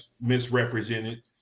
misrepresented